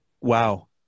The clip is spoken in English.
wow